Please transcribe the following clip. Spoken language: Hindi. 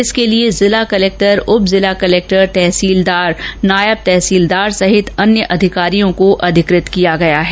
इसके लिए जिला कलेक्टर उप जिला कलेक्टर तहसीलदार नायब तहसीलदार सहित अन्य अधिकारियों को अधिकृत किया गया है